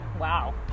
wow